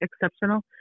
exceptional